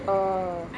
oh